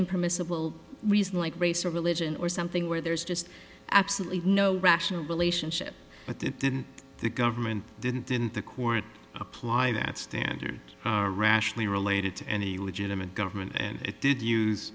impermissible reason like race or religion or something where there's just absolutely no rational relationship but it didn't the government didn't in the courts apply that standard rationally related to any legitimate government and it did use